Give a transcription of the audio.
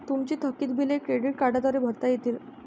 तुमची थकीत बिले क्रेडिट कार्डद्वारे भरता येतील